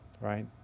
right